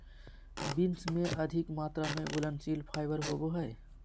beans में अधिक मात्रा में घुलनशील फाइबर होवो हइ